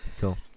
Cool